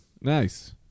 Nice